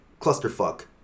clusterfuck